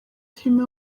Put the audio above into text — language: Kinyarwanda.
filime